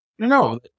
No